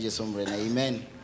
Amen